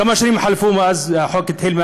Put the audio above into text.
כמה שנים חלפו מאז שהחוק התחיל,